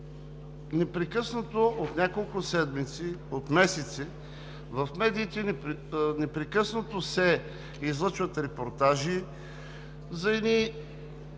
е, че от няколко седмици, от месеци, в медиите непрекъснато се излъчват репортажи за едни